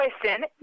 question